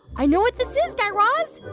i know what this is, guy raz.